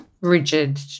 Rigid